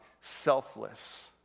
selfless